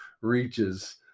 reaches